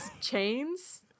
chains